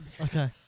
okay